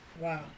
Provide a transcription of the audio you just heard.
Wow